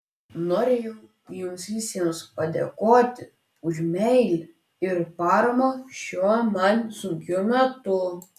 norėjau jums visiems padėkoti už meilę ir paramą šiuo man sunkiu metu